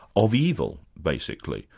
of evil, basically.